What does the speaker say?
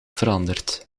veranderd